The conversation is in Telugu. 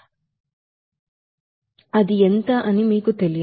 అది మీకు తెలియదు